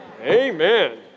Amen